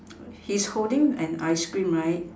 he's holding an ice cream right